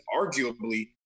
arguably